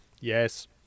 Yes